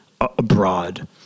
abroad